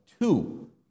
Two